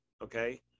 okay